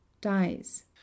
Dies